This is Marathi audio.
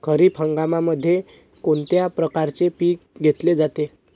खरीप हंगामामध्ये कोणत्या प्रकारचे पीक घेतले जाते?